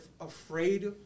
afraid